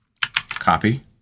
copy